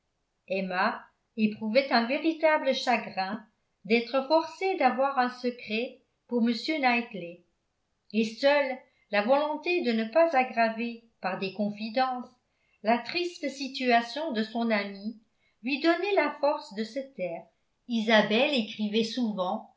emma éprouvait un véritable chagrin d'être forcée d'avoir un secret pour m knightley et seule la volonté de ne pas aggraver par des confidences la triste situation de son amie lui donnait la force de se taire isabelle écrivait souvent